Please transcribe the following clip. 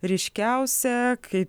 ryškiausia kaip